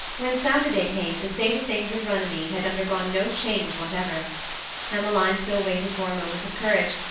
when saturday came the state of things at runnymede had undergone no change whatever emmeline still waited for a moment of courage,